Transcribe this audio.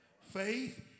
Faith